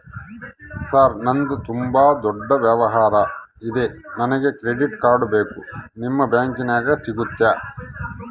Sir ನಂದು ತುಂಬಾ ದೊಡ್ಡ ವ್ಯವಹಾರ ಇದೆ ನನಗೆ ಕ್ರೆಡಿಟ್ ಕಾರ್ಡ್ ಬೇಕು ನಿಮ್ಮ ಬ್ಯಾಂಕಿನ್ಯಾಗ ಸಿಗುತ್ತಾ?